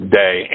day